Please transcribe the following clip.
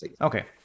okay